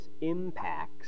impacts